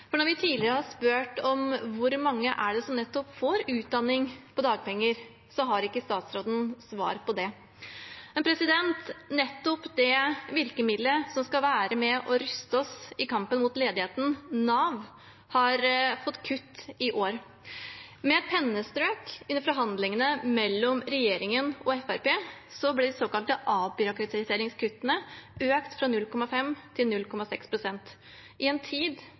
for når vi tidligere har spurt om hvor mange det er som nettopp får utdanning på dagpenger, har ikke statsråden hatt svar på det. Nettopp det virkemiddelet som skal være med og ruste oss i kampen mot ledigheten, Nav, har fått kutt i år. Med et pennestrøk under forhandlingene mellom regjeringspartiene og Fremskrittspartiet ble de såkalte avbyråkratiseringskuttene økt fra 0,5 til 0,6 pst. – i en tid